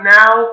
now